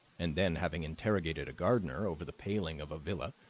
and then, having interrogated a gardener over the paling of a villa,